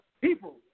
people